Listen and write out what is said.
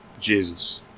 Jesus